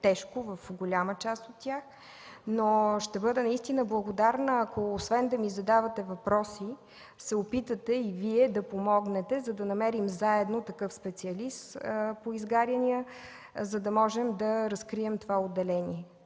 тежко в голяма част от тях, ако освен да ми задавате въпроси, се опитате и Вие да помогнете, за да намерим заедно такъв специалист по изгаряния, за да можем да разкрием това отделение.